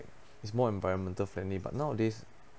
is more environmental friendly but nowadays